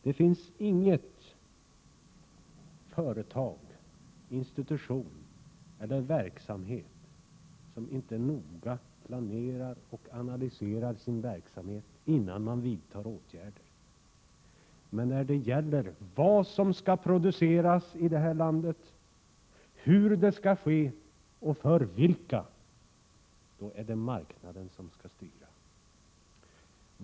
Det finns inget företag, ingen institution eller verksamhet som inte noga planerar och analyserar sin verksamhet innan åtgärder vidtas. Men i fråga om vad som skall produceras i vårt land, hur det skall ske och för vilka är det marknaden som skall styra.